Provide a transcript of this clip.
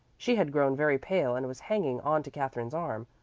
she had grown very pale and was hanging on to katherine's arm.